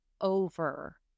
over